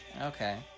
Okay